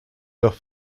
leurs